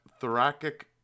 thoracic